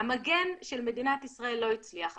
המגן של מדינת ישראל לא הצליח.